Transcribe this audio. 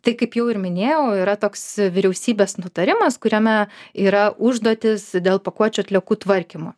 tai kaip jau ir minėjau yra toks vyriausybės nutarimas kuriame yra užduotys dėl pakuočių atliekų tvarkymo